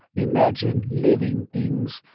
imagine living things,